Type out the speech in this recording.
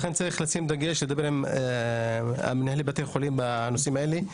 לכן צריך לשים דגש ולדבר עם מנהלי בתי החולים בנושאים האלה.